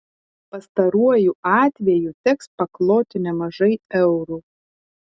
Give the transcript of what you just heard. pastaruoju atveju teks pakloti nemažai eurų